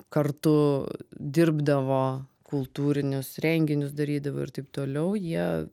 kartu dirbdavo kultūrinius renginius darydavo ir taip toliau jie